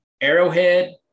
Arrowhead